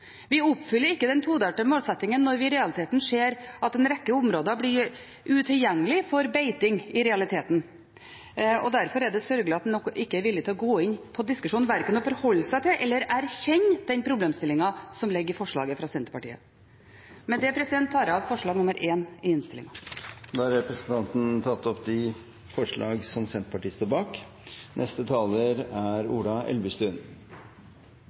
Vi oppfyller ikke den todelte målsettingen i dag. Vi oppfyller ikke den todelte målsettingen når vi i realiteten ser at en rekke områder blir utilgjengelige for beiting. Derfor er det sørgelig at noen ikke er villige til å gå inn i diskusjonen og verken forholde seg til eller erkjenne den problemstillingen som ligger i forslaget fra Senterpartiet. Med det tar jeg opp forslag nr. 1 i innstillingen. Representanten Marit Arnstad har tatt opp det forslaget hun refererte til. De